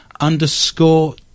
underscore